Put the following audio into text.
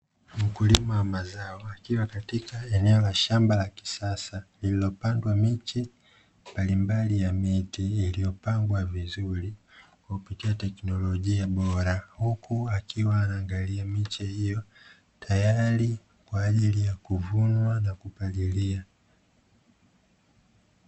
Mkulima wa mazao akiwa katika eneo la shamba la kisasa, iliyopandwa miche mbalimbali ya miti, iliyopangwa vizuri kupitia teknolojia bora, huku akiwa anaangalia miche hiyo tayari kwa ajili ya kuvunwa na kupaliliwa.